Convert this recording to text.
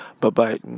Bye-bye